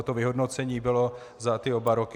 To vyhodnocení bylo za oba roky.